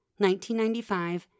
1995